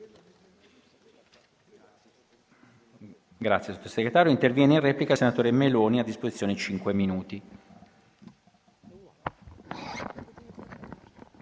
Grazie